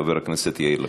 חבר הכנסת יאיר לפיד.